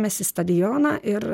mes į stadioną ir